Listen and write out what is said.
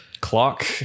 clock